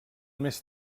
més